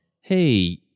hey